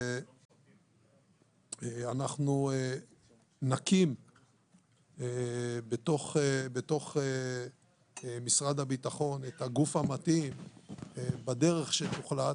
ואנחנו נקים בתוך משרד הביטחון את הגוף המתאים בדרך שתוחלט,